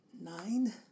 nine